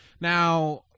Now